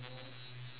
you see anyone